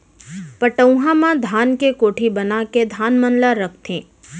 पटउहां म धान के कोठी बनाके धान मन ल रखथें